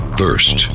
first